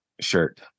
shirt